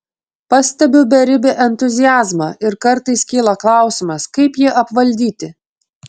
pastebiu beribį entuziazmą ir kartais kyla klausimas kaip jį apvaldyti